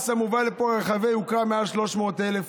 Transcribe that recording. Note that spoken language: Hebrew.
על רכבי יוקרה מעל 300,000,